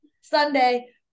Sunday